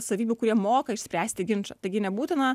savybių kurie moka išspręsti ginčą taigi nebūtina